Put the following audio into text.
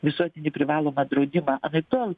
visuotinį privalomą draudimą anaiptol